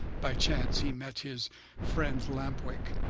by chance, he met his friend lamp-wick.